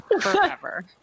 forever